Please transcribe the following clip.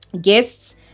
guests